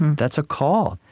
that's a call.